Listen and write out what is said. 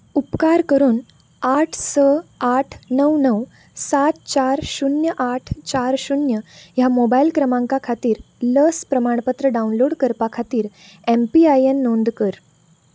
उपकार करून आठ स आठ णव णव सात चार शुन्य आठ चार शुन्य ह्या मोबायल क्रमांका खातीर लस प्रमाणपत्र डावनलोड करपा खातीर एम पी आय एन नोंद कर